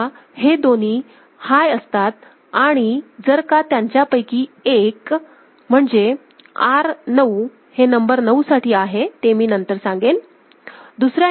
जेव्हा हे दोन्ही हाय असतात आणि जर का त्यांच्यापैकी एक म्हणजे R9 हे 9 नंबर साठी आहे ते मी नंतर सांगेन